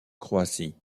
croatie